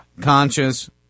conscious